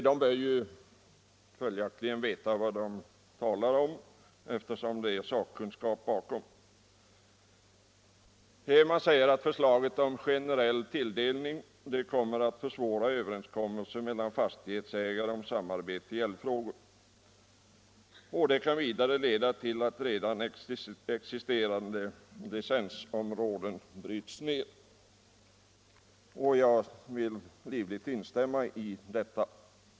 Där bör man ju veta vad man talar om, eftersom det är sakkunskap bakom. Jo, man säger att förslaget om generell tilldelning kommer att försvåra överenskommelser med fastighetsägare om samarbete i älgfrågor. Vidare kan det, säger man, leda till att redan existerande licensområden bryts ner. Detta vill jag livligt instämma i.